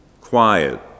quiet